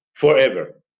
forever